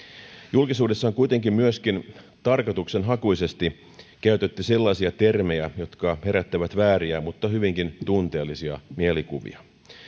julkisuudessa on kuitenkin myöskin tarkoitushakuisesti käytetty sellaisia termejä jotka herättävät vääriä mutta hyvinkin tunteellisia mielikuvia